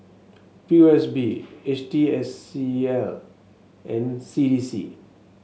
P O S B H T S C I and C D C